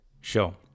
show